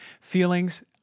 Feelings